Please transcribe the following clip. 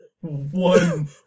one